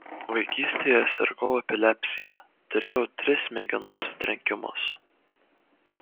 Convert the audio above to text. vaikystėje sirgau epilepsija turėjau tris smegenų sutrenkimus